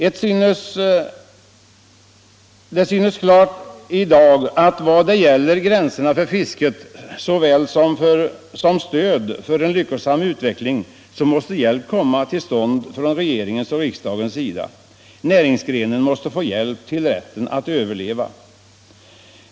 Både vad det gäller gränserna för fisket och stödet för en lyckosam utveckling synes det i dag klart att hjälp måste komma från regeringens och riksdagens sida. Näringsgrenen måste få hjälp att överleva.